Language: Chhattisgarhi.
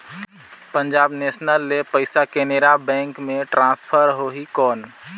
पंजाब नेशनल ले पइसा केनेरा बैंक मे ट्रांसफर होहि कौन?